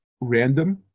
random